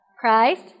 Christ